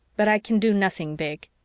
but i can do nothing big.